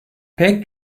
pek